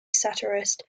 satirist